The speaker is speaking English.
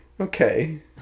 okay